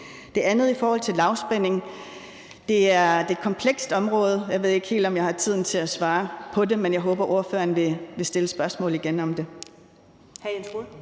det andet med lavspænding er det et komplekst område. Jeg ved ikke, om jeg har tiden til at svare på det, men jeg håber, at ordføreren vil stille spørgsmålet om det